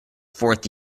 fourth